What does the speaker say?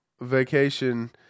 vacation